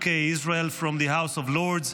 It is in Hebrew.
UK-Israel from the House of Lords,